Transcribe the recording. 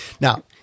Now